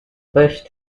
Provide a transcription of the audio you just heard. bush